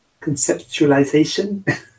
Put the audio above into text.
conceptualization